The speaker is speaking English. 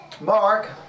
Mark